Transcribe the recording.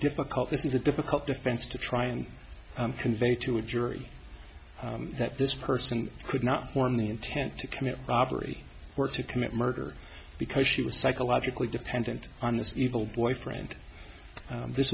difficult this is a difficult defense to try and convey to a jury that this person could not form the intent to commit robbery or to commit murder because she was psychologically dependent on this evil boyfriend this